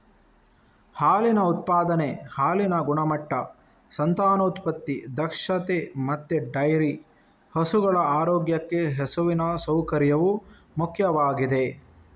ಹಾಲಿನ ಉತ್ಪಾದನೆ, ಹಾಲಿನ ಗುಣಮಟ್ಟ, ಸಂತಾನೋತ್ಪತ್ತಿ ದಕ್ಷತೆ ಮತ್ತೆ ಡೈರಿ ಹಸುಗಳ ಆರೋಗ್ಯಕ್ಕೆ ಹಸುವಿನ ಸೌಕರ್ಯವು ಮುಖ್ಯವಾಗಿದೆ